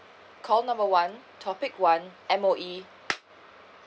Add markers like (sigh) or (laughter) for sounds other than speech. call number one topic one M_O_E (noise)